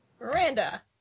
Miranda